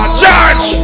charge